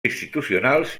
institucionals